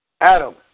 Adam